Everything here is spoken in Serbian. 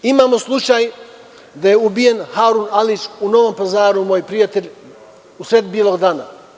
Takođe, imamo slučaj da je ubijen Harun Alić u Novom Pazaru, moj prijatelj, usred belog dana.